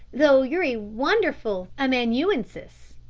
though you're a wonderful amanuensis.